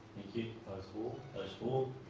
you, those for? those for?